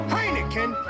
Heineken